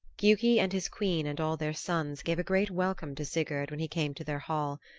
giuki and his queen and all their sons gave a great welcome to sigurd when he came to their hall,